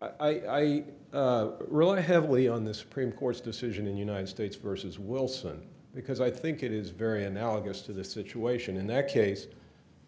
to heavily on the supreme court's decision in united states versus wilson because i think it is very analogous to the situation in that case